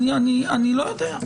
תכף נדבר.